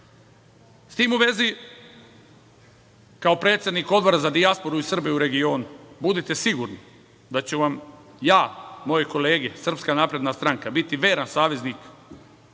tim u vezi, kao predsednik Odbora za dijasporu i Srbe u regionu, budite sigurni da ću vam ja, moje kolege, SNS, biti veran saveznik